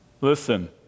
Listen